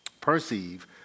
perceive